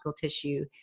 tissue